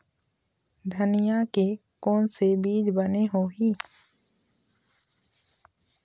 धनिया के कोन से बीज बने होही?